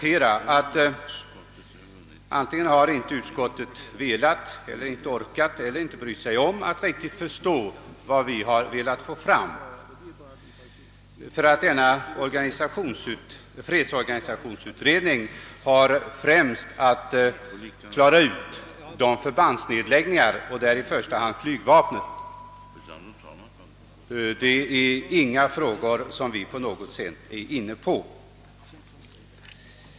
Men jag vill då påstå att utskottet antingen inte orkat eller inte velat bry sig om att riktigt förstå vad motionärerna vill få fram. Denna fredsorganisationsutredning har främst att klara ut förbandsnedläggningarna, i första hand flygvapnets. Denna fråga har inget samband med vårt utredningskrav.